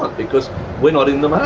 because we're not in the